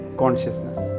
consciousness